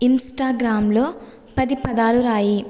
ఇంస్టాగ్రాంలో పది పదాలు రాయి